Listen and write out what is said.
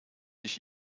ich